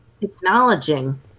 acknowledging